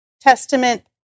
Testament